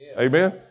Amen